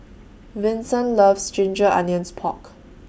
Vinson loves Ginger Onions Pork